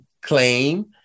claim